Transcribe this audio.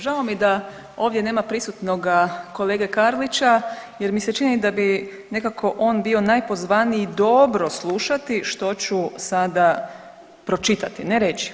Žao mi je da ovdje nama prisutnoga kolege Karlića jer mi se čini da bi nekako on bio najpozvaniji dobro slušati što ću sada pročitati, ne reći.